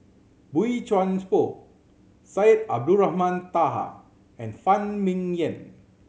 Boey Chuan Poh Syed Abdulrahman Taha and Phan Ming Yen